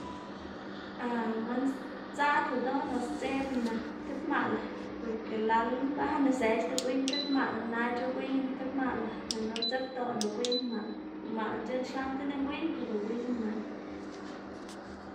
man sdzaꞌlda ldoꞌná o sdzeꞌbna nak tib maꞌl, porke lal mbaꞌnná zëxda gwiyná tib maꞌl nac̲h̲a ugwiyná tib maꞌl, nana udzebdoꞌna ugwiyná maꞌl maꞌl c̲h̲eꞌn xlaꞌndtaná ngwiyná per ugwiyná man.